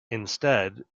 instead